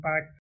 impact